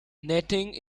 netting